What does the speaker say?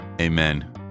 Amen